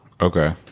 Okay